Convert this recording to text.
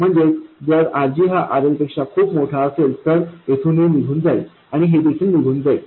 म्हणजेच जर RG हा RL पेक्षा खूपच मोठा असेल तर येथून हे निघून जाईल आणि हे देखील निघून जाईल